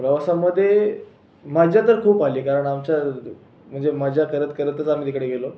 प्रवासामध्ये मज्जा तर खूप आली कारण आमच्या म्हणजे मज्जा करत करतच आम्ही तिकडे गेलो